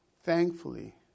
Thankfully